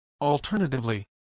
Alternatively